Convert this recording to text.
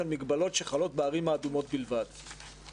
הן מגבלות שחלות בערים האדומות בלבד.